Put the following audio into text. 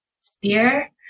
spear